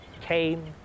came